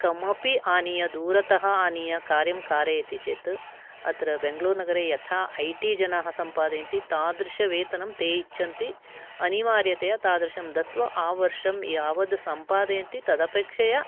कमपि आनीय दूरतः आनीय कार्यं कारयति चेत् अत्र बेङ्ग्लूर्नगरे ऐ टि जनाः यथा सम्पादयन्ति तादृसवेतनं ते इच्छन्ति अनिवार्यतया तादृशं दत्वा आवर्षं यावद् सम्पादयन्ति तदपेक्षया